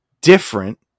different